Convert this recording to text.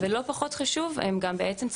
לא פחות חשוב מזה,